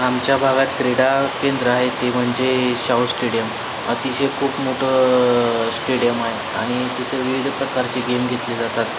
आमच्या भागात क्रीडा केंद्र आहे ते म्हणजे शाहू स्टेडियम अतिशय खूप मोठं स्टेडियम आहे आणि तिथे विविध प्रकारचे गेम घेतले जातात